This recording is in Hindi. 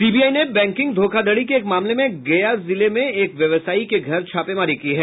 सीबीआई ने बैंकिंग धोखाधड़ी के एक मामले में गया जिले में एक व्यवसायी के घर छापेमारी की है